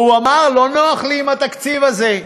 והוא אמר: לא נוח לי עם התקציב הזה,